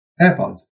airpods